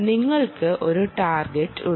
നിങ്ങൾക്ക് ഒരു ടാർഗെറ്റ് ഉണ്ട്